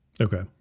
Okay